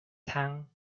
tang